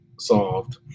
solved